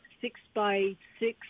six-by-six